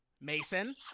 Mason